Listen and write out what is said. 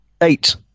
Eight